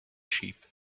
sheep